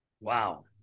Wow